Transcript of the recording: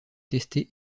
tester